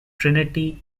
trinity